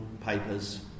papers